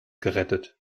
gerettet